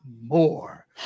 more